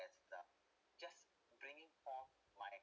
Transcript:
as uh just bringing forth my